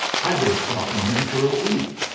i been stalking him for a week.